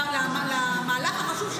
במהלך החשוב,